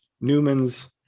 Newman's